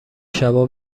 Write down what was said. شبا